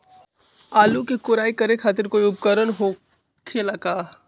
आलू के कोराई करे खातिर कोई उपकरण हो खेला का?